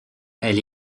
elle